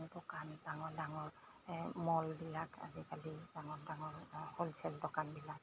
দোকান ডাঙৰ ডাঙৰ মলবিলাক আজিকালি ডাঙৰ ডাঙৰ হ'লচেল দোকানবিলাক